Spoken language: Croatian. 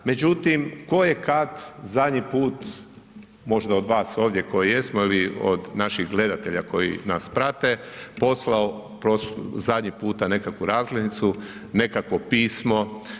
Međutim, tko je kad zadnji put možda od vas ovdje koji jesmo ili od naših gledatelja koji nas prate poslao zadnji puta nekakvu razglednicu, nekakvo pismo.